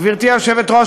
גברתי היושבת-ראש,